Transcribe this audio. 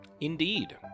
indeed